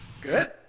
Good